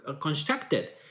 constructed